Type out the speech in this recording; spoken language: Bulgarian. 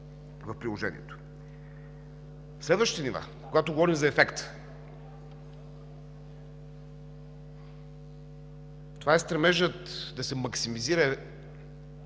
в приложението. Следващите нива, когато говорим за ефекта. Това е стремежът да се максимизира ефектът